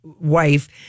wife